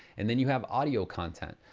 and then you have audio content.